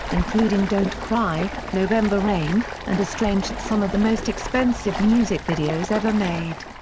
including don't cry, november rain and estranged some of the most expensive music videos ever made.